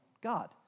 God